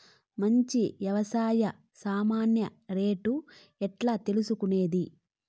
మంచి వ్యవసాయ సామాన్లు రేట్లు ఎట్లా తెలుసుకునేది?